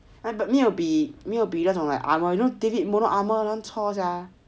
没有比没有比 you know 那种 armour no know david mono armour damn chor sia